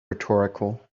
rhetorical